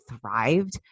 thrived